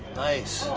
nice.